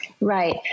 Right